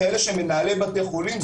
כאלה של מנהלי בתי חולים,